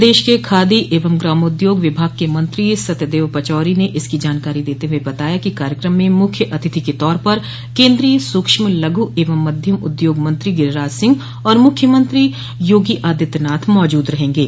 प्रदेश के खादी एवं ग्रामोद्योग विभाग के मंत्री सत्यदेव पचौरी ने इसकी जानकारी देते हुए बताया कि कार्यक्रम में मुख्य अतिथि के तौर पर केन्द्रीय सूक्ष्म लघु एवं मध्यम उद्योग मंत्री गिरिराज सिंह और मुख्यमंत्री योगी आदित्यनाथ मौजूद रहेंगे